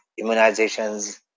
immunizations